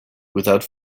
without